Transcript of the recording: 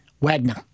Wagner